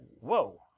whoa